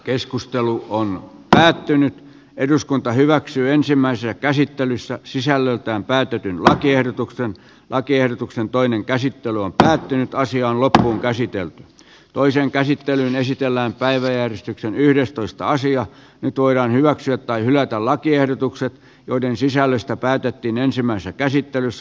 keskustelu on päättynyt eduskunta hyväksyy ensimmäisenä käsittelyssä sisällöltään päätetyn lakiehdotuksen lakiehdotuksen toinen käsittely on päättynyt asiaan lophuun käsitteen toiseen käsittelyyn esitellään päiväjärjestyksen yhdestoista nyt voidaan hyväksyä tai hylätä lakiehdotukset joiden sisällöstä päätettiin ensimmäisessä käsittelyssä